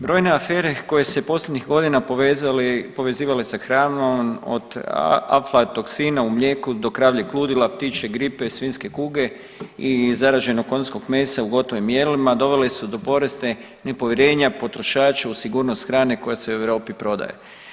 Brojne afere koje se posljednjih godina povezivale sa hranom od aflatoksina u mlijeku do kravljeg ludila, ptičje gripe, svinjske kuge i zaraženog konjskog mesa u gotovim mjerilima dovele su do porasta nepovjerenja potrošača u sigurnost hrane koja se u Europi prodaje.